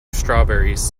strawberries